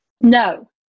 No